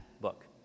book